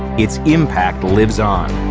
its impact lives on.